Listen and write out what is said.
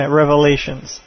revelations